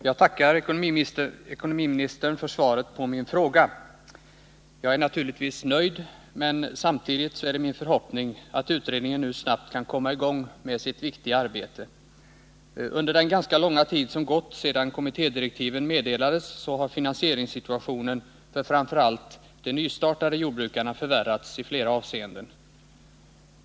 Herr talman! Jag tackar ekonomiministern för svaret på min fråga. Jag är naturligtvis nöjd, men det är samtidigt min förhoppning att utredningen nu snabbt skall komma i gång med sitt viktiga arbete. Under den ganska långa tid som gått sedan kommittédirektiven meddelades har finansieringssituationen för framför allt de nystartade jordbrukarna förvärrats i flera avseenden.